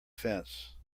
fence